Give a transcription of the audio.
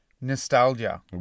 nostalgia